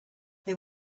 they